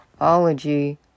ology